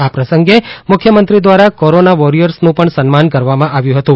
આ પ્રસંગે મુખ્યમંત્રી દ્વારા કોરોના વોરિયર્સનું પણ સનમાન કરવામાં આવ્યું હતું